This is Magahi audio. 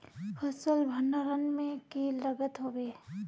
फसल भण्डारण में की लगत होबे?